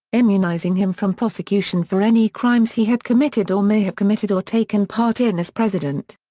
immunizing him from prosecution for any crimes he had committed or may have committed or taken part in as president.